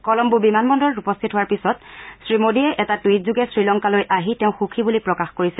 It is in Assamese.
কলম্বো বিমান বন্দৰত উপস্থিত হোৱাৰ পিছত শ্ৰীমোডীয়ে এটা টুইটযোগে শ্ৰীলংকালৈ আহি তেওঁ সুখী বুলি প্ৰকাশ কৰিছে